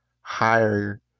higher